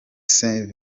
saint